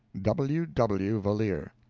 w. w. valeer.